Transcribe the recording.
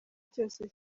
cyose